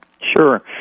Sure